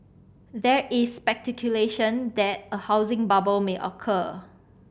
there is speculation that a housing bubble may occur